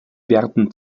werden